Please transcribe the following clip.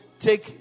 take